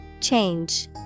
Change